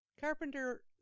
Carpenter